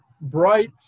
bright